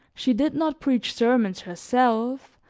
she did not preach sermons herself,